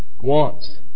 wants